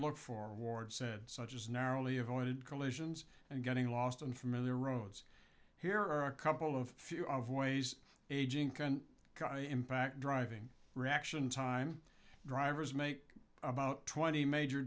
look for ward said such as narrowly avoided collisions and getting lost in familiar roads here are a couple of few of ways aging can impact driving reaction time drivers make about twenty major